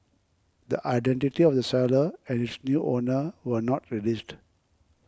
the identity of the seller and its new owner were not released